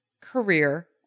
career